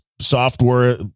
software